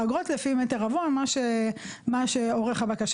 האגרות הן לפי מטר רבוע ממה שעורך הבקשה